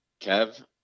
Kev